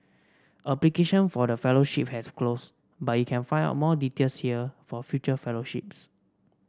application for the fellowship has closed but you can find out more details here for future fellowships